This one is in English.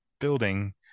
building